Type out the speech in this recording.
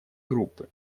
группы